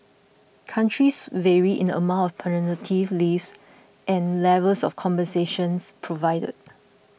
countries vary in the amount paternity leaves and levels of compensations provided